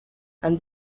and